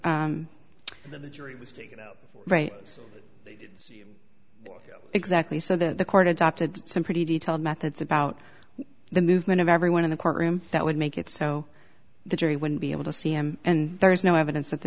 were the jury right exactly so that the court adopted some pretty detailed methods about the movement of everyone in the courtroom that would make it so the jury wouldn't be able to see him and there is no evidence that the